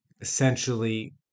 essentially